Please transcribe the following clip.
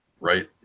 Right